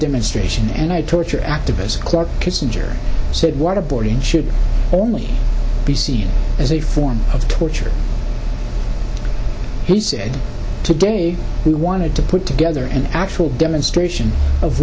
demonstration and i torture activist clark kissinger said waterboarding should only be seen as a form of torture he said today he wanted to put together an actual demonstration of